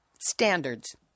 standards